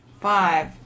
five